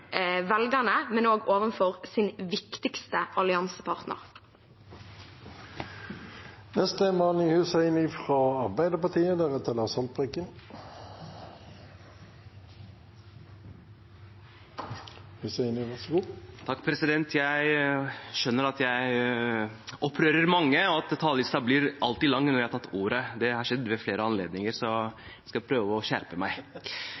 velgerne, men også overfor sin viktigste alliansepartner. Jeg skjønner at jeg opprører mange, og at talerlisten alltid blir lang når jeg har tatt ordet. Det har skjedd ved flere anledninger, så jeg skal prøve å skjerpe meg.